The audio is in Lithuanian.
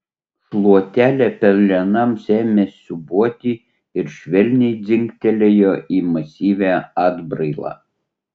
šluotelė pelenams ėmė siūbuoti ir švelniai dzingtelėjo į masyvią atbrailą